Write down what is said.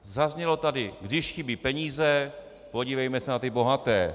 Zaznělo tady: Když chybí peníze, podívejme se na ty bohaté.